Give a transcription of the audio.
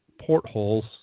portholes